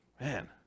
man